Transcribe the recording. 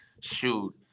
shoot